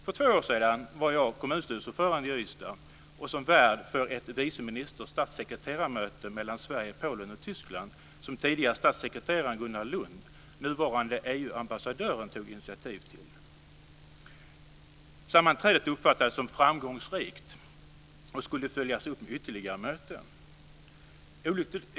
För två år sedan var jag som kommunstyrelseordförande i Ystad värd för ett viceminister och statssekretarmöte mellan Sverige, Polen och Tyskland som tidigare statssekretaren och nuvarande EU ambassadören Gunnar Lund tog initiativ till. Sammanträdet uppfattades som framgångsrikt och skulle följas upp med ytterligare möten.